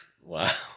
Wow